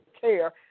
care